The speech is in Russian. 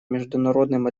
международным